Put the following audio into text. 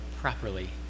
properly